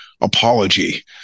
apology